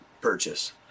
purchase